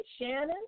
Shannon